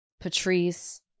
Patrice